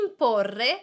imporre